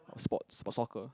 sports or soccer